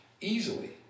easily